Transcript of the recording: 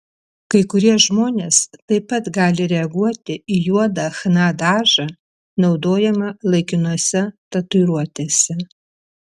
kai kurie žmonės taip pat gali reaguoti į juodą chna dažą naudojamą laikinose tatuiruotėse